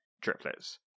triplets